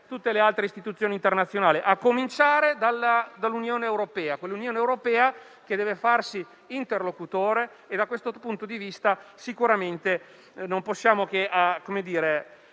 tutte le altre istituzioni internazionali, a cominciare dall'Unione europea, che deve farsi interlocutore e da questo punto di vista sicuramente non possiamo che